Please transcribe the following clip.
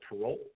parole